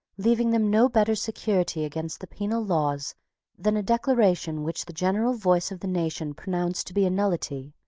leaving them no better security against the penal laws than a declaration which the general voice of the nation pronounced to be a nullity,